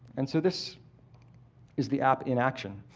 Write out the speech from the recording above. and so this is the app in action.